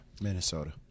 Minnesota